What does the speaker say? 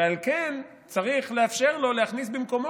ועל כן צריך לאפשר לו להכניס במקומו